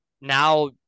now